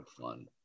fun